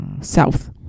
south